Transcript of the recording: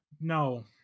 No